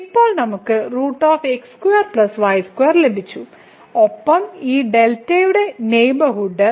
ഇപ്പോൾ നമ്മൾക്ക് ലഭിച്ചു ഒപ്പം ഈ ഡെൽറ്റയുടെ നെയ്ബർഹുഡ്